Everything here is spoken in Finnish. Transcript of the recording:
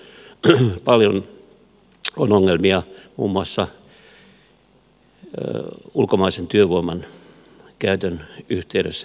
erittäin paljon näissä asioissa on ongelmia muun muassa ulkomaisen työvoiman käytön yhteydessä